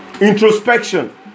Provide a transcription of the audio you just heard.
introspection